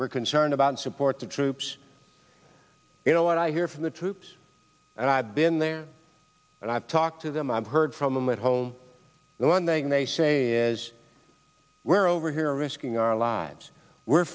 we're concerned about support the troops you know what i hear from the troops and i've been there and i've talked to them i've heard from them that whole the one thing they say is we're over here risking our lives we're